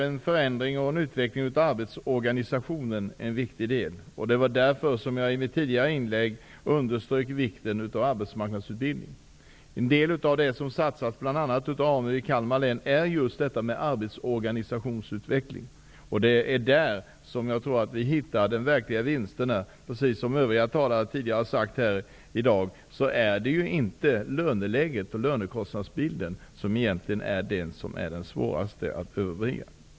En förändring och en utveckling av arbetsorganisationen är en viktig del. Därför underströk jag i mitt tidigare inlägg vikten av arbetsmarknadsutbildning. AMU i Kalmar län satsar bl.a. på arbetsorganisationsutveckling. Det är där jag tror att vi kan göra de verkliga vinsterna. Precis som de övriga talarna har sagt tidigare i dag är det egentligen inte löneläget och lönekostnaderna som utgör det största problemet.